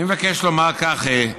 אני מבקש לומר כך: